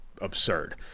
absurd